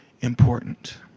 important